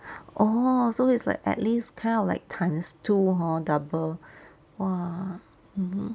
orh so it's like at least kind of like times two hor double !wah!